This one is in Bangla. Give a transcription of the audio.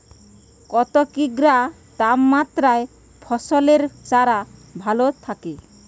কত ডিগ্রি তাপমাত্রায় ফসলের চারা ভালো থাকে?